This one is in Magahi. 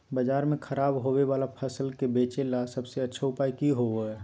बाजार में खराब होबे वाला फसल के बेचे ला सबसे अच्छा उपाय की होबो हइ?